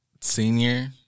Senior